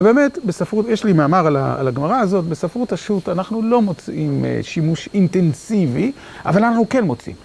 ובאמת, יש לי מאמר על הגמרא הזאת, בספרות השו"ת אנחנו לא מוצאים שימוש אינטנסיבי, אבל אנחנו כן מוצאים.